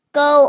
go